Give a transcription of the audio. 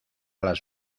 las